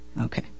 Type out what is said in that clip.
Okay